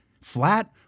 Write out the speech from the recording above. flat